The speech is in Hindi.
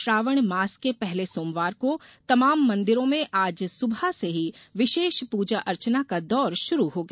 श्रावण मास के पहले सोमवार को तमाम मंदिरों में आज सुबह से ही विषेष प्रजा अर्चना का दौर षुरु हो गया